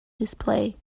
display